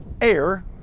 air